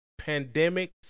pandemics